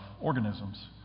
organisms